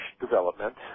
development